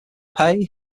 pay